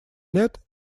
лет